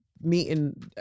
meeting